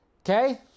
Okay